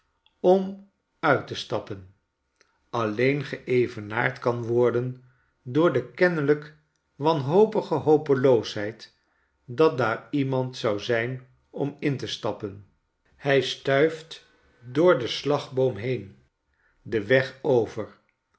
om uit te stappen alleen geevenaard kan worden door de kennelijk wanhopige hopeloosheid dat daar iemand zou zijn om in te stappen hij stuift door den slagboom heen den weg over